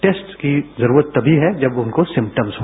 test की जरूरत तभी है जब इनको सिम्पटम हो